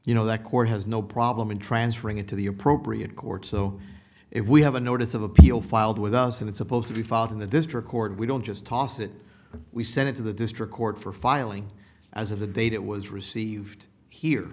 you know that court has no problem in transferring it to the appropriate court so if we have a notice of appeal filed with us and it's supposed to be filed in the district court we don't just toss it we sent it to the district court for filing as of the date it was received here